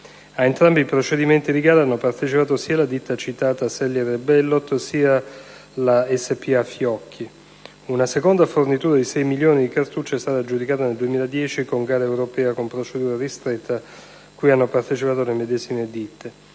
Ad entrambi i procedimenti di gara hanno partecipato sia la ditta citata Sellier & Bellot, sia la Fiocchi Spa. Una seconda fornitura di 6 milioni di cartucce è stata aggiudicata nel 2010 mediante gara europea con procedura ristretta, alla quale hanno partecipato le medesime ditte.